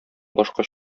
башка